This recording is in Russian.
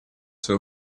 свое